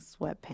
sweatpants